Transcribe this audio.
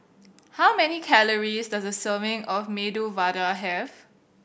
how many calories does a serving of Medu Vada have